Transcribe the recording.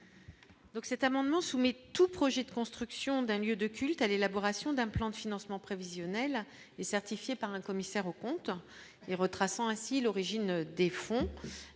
donc, cet amendement soumis tout projet de construction d'un lieu de culte, à l'élaboration d'un plan de financement prévisionnel et certifiés par un commissaire aux comptes et retraçant ainsi l'origine des fonds